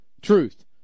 Truth